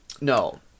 No